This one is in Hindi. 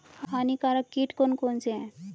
हानिकारक कीट कौन कौन से हैं?